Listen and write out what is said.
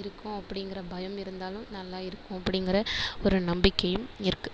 இருக்கும் அப்படிங்கிற பயம் இருந்தாலும் நல்லா இருக்கும் அப்படிங்கிற ஒரு நம்பிக்கையும் இருக்கு